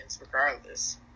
regardless